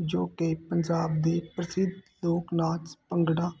ਜੋ ਕਿ ਪੰਜਾਬ ਦੀ ਪ੍ਰਸਿੱਧ ਲੋਕ ਨਾਚ ਭੰਗੜਾ